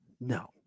No